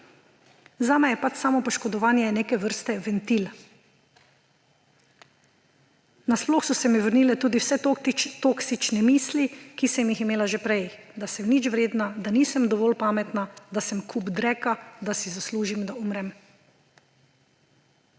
Zame je pač samopoškodovanje neke vrste ventil. Na sploh so se mi vrnile tudi vse toksične misli, ki sem jih imela že prej: da sem nič vredna, da nisem dovolj pametna, da sem kup dreka, da si zaslužim, da umrem.«